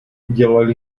dělal